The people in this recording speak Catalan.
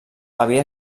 havia